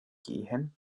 gehen